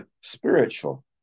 spiritual